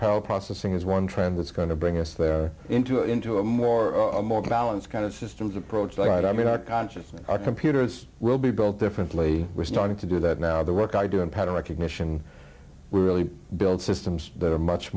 power processing is one trend that's going to bring us there into into a more a more balanced kind of systems approach that i mean our consciousness our computers will be built differently we're starting to do that now the work i do in pattern recognition really build systems that are much